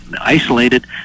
isolated